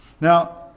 Now